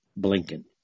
Blinken